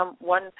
one